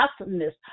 awesomeness